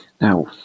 now